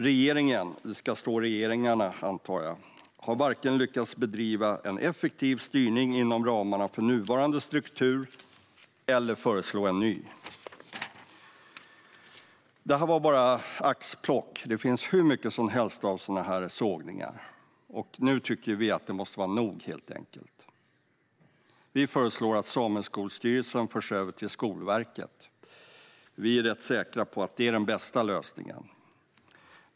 Regeringen - jag antar att det ska vara regeringarna - har varken lyckats bedriva en effektiv styrning inom ramarna för nuvarande struktur eller föreslå en ny. Detta var bara ett axplock. Det finns hur många sådana sågningar som helst. Nu tycker vi att det måste vara nog helt enkelt. Vi föreslår att Sameskolstyrelsen förs över till Skolverket. Vi är rätt säkra på att det är den bästa lösningen.